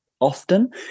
often